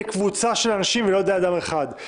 קבוצה של אנשים ולא על-ידי אדם אחד.